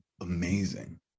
amazing